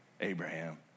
Abraham